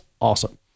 awesome